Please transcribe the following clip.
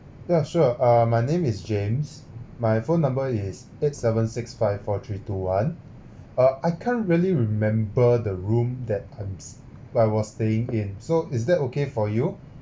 ya sure err my name is james my phone number is eight seven six five four three two one uh I can't really remember the room that I'm I was staying in so is that okay for you